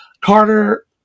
carter